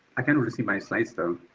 i can receive my slice though.